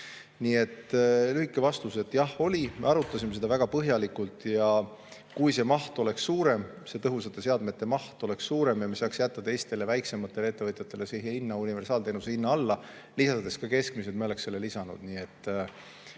Nii et lühike vastus: jah, oli. Me arutasime seda väga põhjalikult, ja kui see maht oleks suurem, tõhusate seadmete maht oleks suurem ja me saaks jätta teistele, väiksematele ettevõtjatele hinna, universaalteenuse hinna alla, lisades ka keskmised, me oleksime lisanud. Me